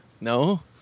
No